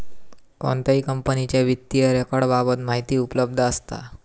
कोणत्याही कंपनीच्या वित्तीय रेकॉर्ड बाबत माहिती उपलब्ध असता